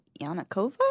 Yanakova